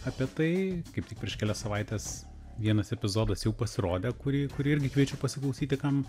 apie tai kaip tik prieš kelias savaites vienas epizodas jau pasirodė kurį kurį irgi kviečiu pasiklausyti kam